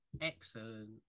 excellent